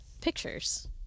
pictures